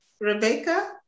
Rebecca